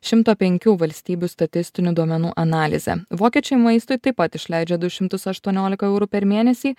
šimto penkių valstybių statistinių duomenų analize vokiečiai maistui taip pat išleidžia du šimtus aštuoniolika eurų per mėnesį